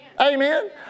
Amen